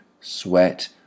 sweat